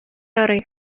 ярый